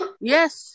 Yes